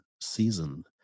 season